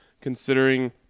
considering